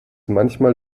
manchmal